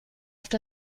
oft